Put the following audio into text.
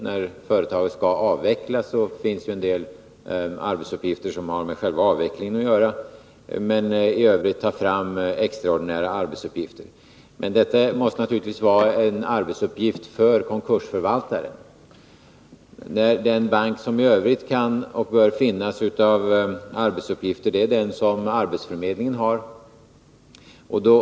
När företaget skall avvecklas finns ju en del arbetsuppgifter som har med själva avvecklingen att göra, och i övrigt kan man ta fram extraordinära arbetsuppgifter. Detta måste naturligtvis vara en uppgift för konkursförvaltaren. Den bank med arbetsuppgifter som i övrigt bör finnas är den som arbetsförmedlingen har.